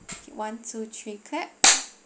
one two three clap